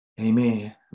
Amen